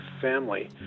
family